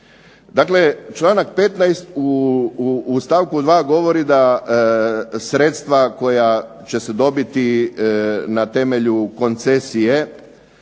Dakle članak 15. u stavku 2. govori da sredstva koja će se dobiti na temelju koncesije,